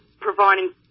providing